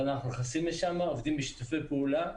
אבל אנחנו נכנסים לשם, עובדים בשיתופי פעולה,